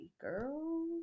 girl